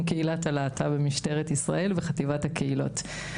הלהט"ב במשטרת ישראל וחטיבת הקהילות.